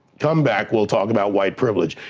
come back, we'll talk about white privilege,